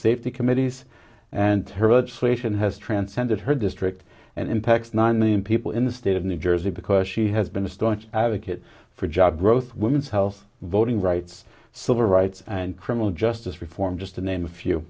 creation has transcended her district and impacts nine million people in the state of new jersey because she has been a staunch advocate for job growth women's health voting rights civil rights and criminal justice reform just to name a few